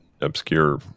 obscure